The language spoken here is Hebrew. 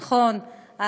נכון,